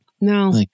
No